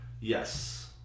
Yes